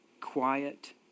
quiet